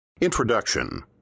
Introduction